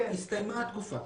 הסתיימה התקופה.